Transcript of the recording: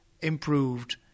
improved